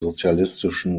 sozialistischen